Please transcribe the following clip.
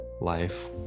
life